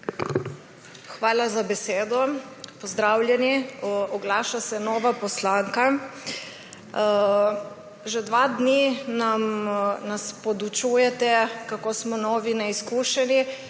Hvala za besedo. Pozdravljeni! Oglaša se nova poslanka. Že dva dni nas podučujete, kako smo novi neizkušeni,